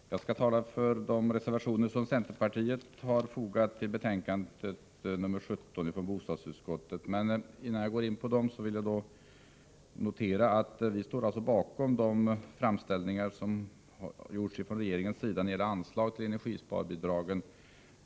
Herr talman! Jag skall tala för de reservationer som centerpartiet har fogat till betänkande 17 från bostadsutskottet. Innan jag går in på dem vill jag notera att vi i centerpartiet står bakom de framställningar som har gjorts från regeringens sida när det gäller anslag till energisparbidrag.